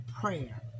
prayer